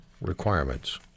requirements